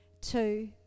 two